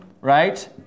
right